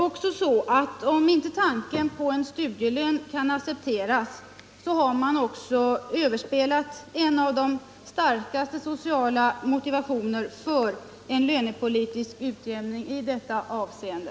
Om inte tanken på en studielön kan accepteras, så har man också 117 överspelat ett av de starkaste sociala motiven för en lönepolitisk utjämning i detta avseende.